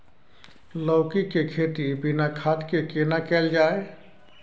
लौकी के खेती बिना खाद के केना कैल जाय?